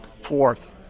fourth